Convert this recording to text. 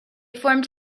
formed